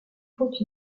faut